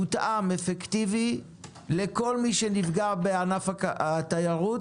מותאם ואפקטיבי לכל מי שנפגע בענף התיירות,